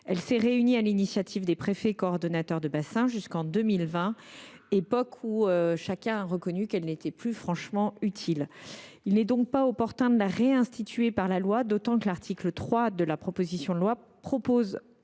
cellule s’est réunie sur l’initiative des préfets coordonnateurs de bassin jusqu’en 2020, époque à laquelle il a été reconnu qu’elle n’était plus véritablement utile. Il n’est donc pas opportun de la réinstituer par la loi, d’autant que l’article 3 de la proposition de loi prévoit